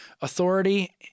authority